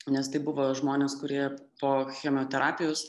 nes tai buvo žmonės kurie po chemoterapijos